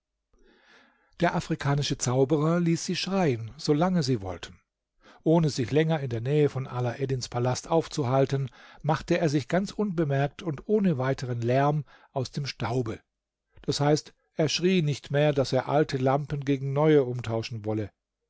der afrikanische zauberer ließ sie schreien solange sie wollten ohne sich länger in der nähe von alaeddins palast aufzuhalten machte er sich ganz unvermerkt und ohne weitern lärm aus dem staube d h er schrie nicht mehr daß er alte lampen gegen neue umtauschen wolle